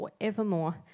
forevermore